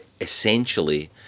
essentially